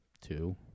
Two